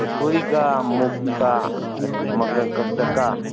ꯃꯨꯛꯁꯣꯔꯤꯒ ꯃꯨꯛꯀ ꯃꯪꯒꯟ ꯀꯥꯡꯇꯛꯀ